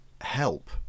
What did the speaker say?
help